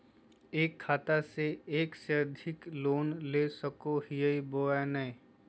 एक खाता से एक से अधिक लोन ले सको हियय बोया नय?